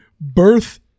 birth